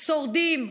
שורדים,